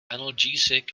analgesic